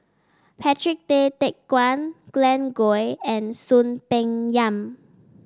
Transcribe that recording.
Patrick Tay Teck Guan Glen Goei and Soon Peng Yam